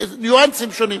ניואנסים שונים.